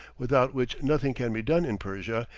without which nothing can be done in persia,